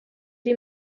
die